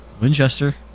winchester